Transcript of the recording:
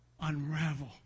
unravel